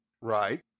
Right